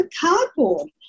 cardboard